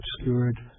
obscured